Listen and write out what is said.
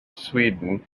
sweden